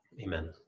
amen